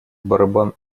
барабан